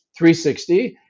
360